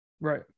Right